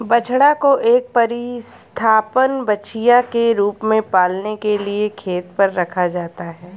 बछड़ा को एक प्रतिस्थापन बछिया के रूप में पालने के लिए खेत पर रखा जाता है